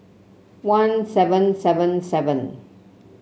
one seven seven seven